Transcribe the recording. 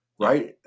Right